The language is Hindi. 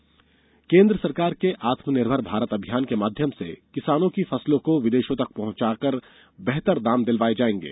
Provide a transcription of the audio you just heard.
आत्मनिर्मर भारत अभियान केन्द्र सरकार के आत्मनिर्भर भारत अभियान के माध्यम से किसानों की फसलों को विदेशों तक पहुंचाकर बेहतर दाम दिलवाए जाएंगे